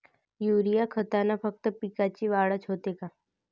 Urea खतानं फक्त पिकाची वाढच होते का?